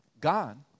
God